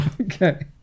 Okay